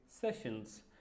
sessions